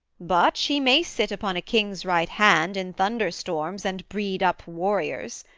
but she may sit upon a king's right hand in thunder-storms, and breed up warriors!